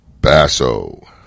Basso